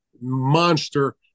monster